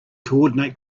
coordinate